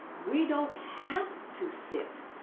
we don't have to sit.